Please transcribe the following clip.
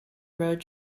road